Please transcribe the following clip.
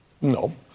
No